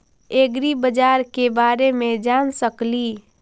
ऐग्रिबाजार के बारे मे जान सकेली?